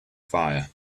fire